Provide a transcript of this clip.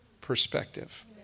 perspective